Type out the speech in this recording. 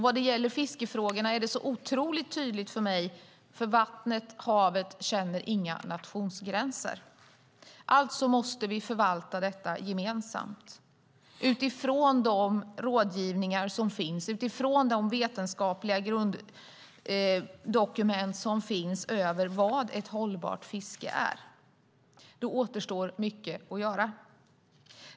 Vad gäller fiskefrågorna är det så otroligt tydligt för mig eftersom vattnet, havet inte känner några nationsgränser. Alltså måste vi förvalta detta gemensamt utifrån de rådgivningar och vetenskapliga grunddokument som finns över vad ett hållbart fiske är. Då återstår mycket att göra.